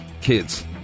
kids